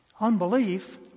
Unbelief